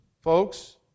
folks